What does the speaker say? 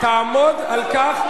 תעמוד על כך.